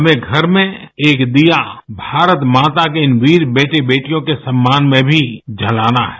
हमें घर में एक दीया भारत माता के इन वीर बेटे बेटियों के सम्मान में भी जलाना है